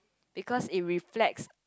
because it reflects